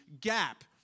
gap